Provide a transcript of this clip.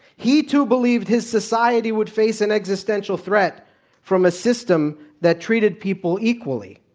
he too believed his society would face an existential threat from a system that treated people equally,